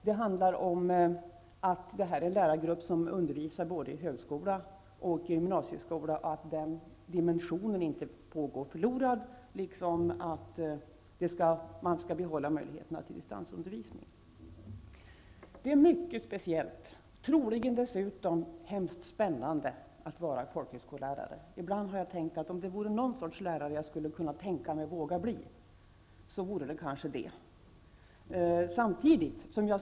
Det handlar om att se till att dimensionen att kunna undervisa i både högskola och gymnasieskola inte går förlorad och att man skall behålla möjligheten till distansundervisning. Det är mycket speciellt och dessutom troligen väldigt spännande att vara folkhögskollärare. Ibland har jag tänkt, att om det vore någon sorts lärare jag skulle kunna våga bli, vore det kanske folkhögskollärare.